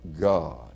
God